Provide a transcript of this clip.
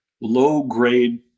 low-grade